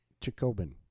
Chikobin